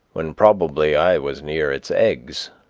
when probably i was near its eggs.